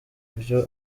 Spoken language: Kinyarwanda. vyo